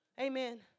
Amen